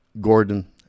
Gordon